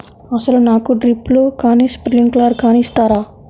అసలు నాకు డ్రిప్లు కానీ స్ప్రింక్లర్ కానీ ఇస్తారా?